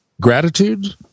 gratitude